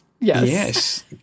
Yes